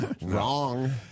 Wrong